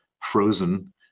frozen